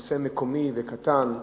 נושא מקומי וקטן,